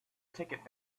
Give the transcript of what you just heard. ticket